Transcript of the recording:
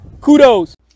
Kudos